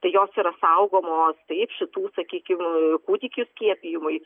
tai jos yra saugomos taip šitų sakykim kūdikių skiepijimui